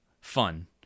fun